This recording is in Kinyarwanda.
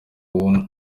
ubumwe